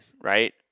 right